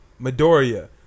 Midoriya